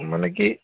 মানে কি